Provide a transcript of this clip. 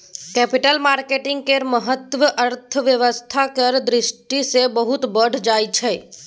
capital market केर महत्व अर्थव्यवस्था केर दृष्टि सँ बहुत बढ़ि जाइ छै